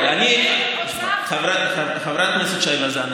חברת הכנסת שי וזאן,